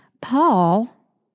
Paul